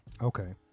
Okay